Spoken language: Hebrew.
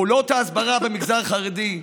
פעולות ההסברה במגזר החרדי,